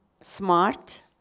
smart